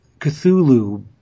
Cthulhu